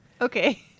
okay